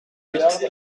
huit